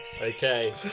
okay